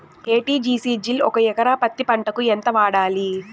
ఎ.టి.జి.సి జిల్ ఒక ఎకరా పత్తి పంటకు ఎంత వాడాలి?